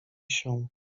się